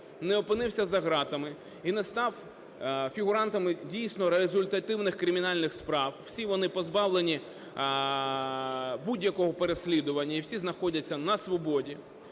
не опинився за гратами і не став фігурантами дійсно результативних кримінальних справ, всі вони позбавлені будь-якого переслідування, і всі знаходяться на свободі,